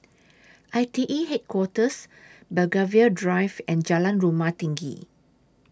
I T E Headquarters Belgravia Drive and Jalan Rumah Tinggi